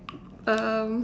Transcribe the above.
um